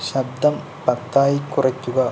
ശബ്ദം പത്തായി കുറയ്ക്കുക